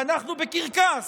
ואנחנו בקרקס.